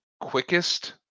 quickest